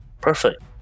Perfect